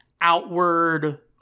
outward